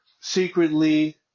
secretly